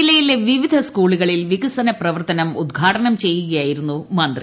ജില്ലയിലെ വിവിധ സ്കൂളുകളിൽ വികസനപ്രവർത്തനം ഉദ്ഘാടനം ചെയ്യുകയായിരുന്നു മന്ത്രി